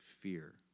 fear